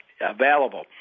available